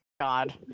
god